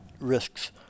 risks